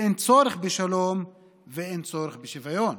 ואין צורך בשלום ואין צורך בשוויון.